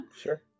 Sure